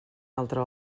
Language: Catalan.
altre